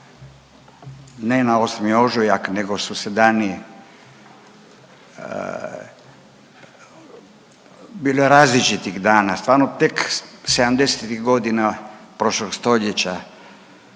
ne na 8. ožujak, nego su se dani, bilo je različitih dana. Stvarno tek 70-tih godina prošlog stoljeća